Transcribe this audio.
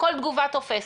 כל תגובה תופסת,